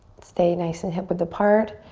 stay nice and hip width apart.